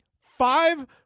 five